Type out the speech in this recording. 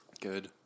Good